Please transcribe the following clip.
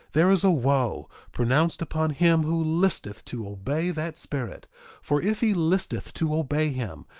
there is a wo pronounced upon him who listeth to obey that spirit for if he listeth to obey him,